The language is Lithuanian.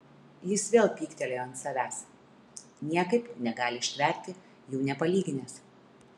jis vėl pyktelėjo ant savęs niekaip negali ištverti jų nepalyginęs